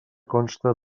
consta